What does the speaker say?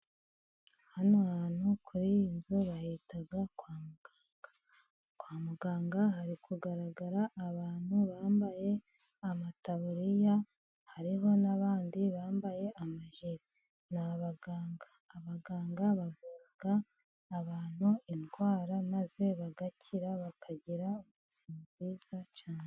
Hano hantu kuri iyi nzu bahita kwa muganga. Kwa muganga hari kugaragara abantu bambaye amataburiya, hariho n'abandi bambaye amajire ni abaganga. Abaganga bavura abantu indwara maze bagakira bakagira ubuzima bwiza cyane.